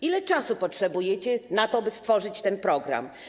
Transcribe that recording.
Ile czasu potrzebujecie na to, by stworzyć ten program?